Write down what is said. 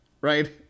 right